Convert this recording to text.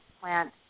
plant